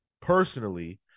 personally